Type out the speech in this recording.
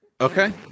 Okay